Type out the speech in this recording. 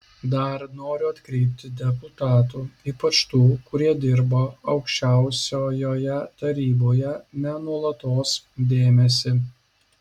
dar noriu atkreipti deputatų ypač tų kurie dirba aukščiausiojoje taryboje ne nuolatos dėmesį